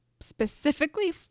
specifically